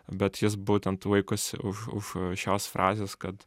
bet jis būtent laikosi už šios frazės kad